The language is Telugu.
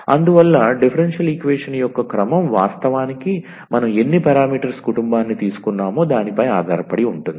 అందువల్ల డిఫరెన్షియల్ ఈక్వేషన్ యొక్క క్రమం వాస్తవానికి మనం ఎన్ని పారామీటర్స్ కుటుంబాన్ని తీసుకున్నామో దానిపై ఆధారపడి ఉంటుంది